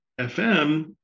FM